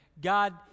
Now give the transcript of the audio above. God